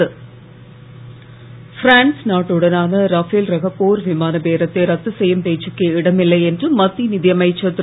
Arun Jaitley France நாட்டுடனான Rafale ரக போர் விமான பேரத்தை ரத்து செய்யும் பேச்சுக்கே இடமில்லை என்று மத்திய நிதியமைச்சர் திரு